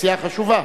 סיעה חשובה,